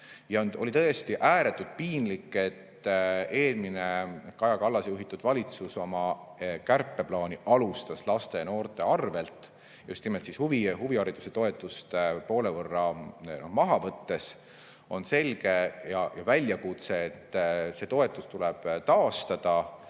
Oli tõesti ääretult piinlik, et eelmine Kaja Kallase juhitud valitsus oma kärpeplaani alustas laste ja noorte arvel, just nimelt huvihariduse toetust poole võrra maha võttes. On selge, et see toetus tuleb taastada